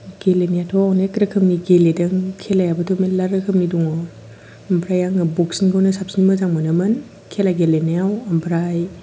गेलेनोथ' अनेक रोखोमनि गेलेदों खेलायाबोथ' मेल्ला रोखोमनि दङ ओमफ्राय आङो बक्सिंखौनो साबसिन मोजां मोनोमोन खेला गेलेनायाव ओमफ्राय